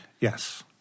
Yes